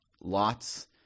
lots